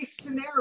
scenario